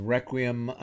Requiem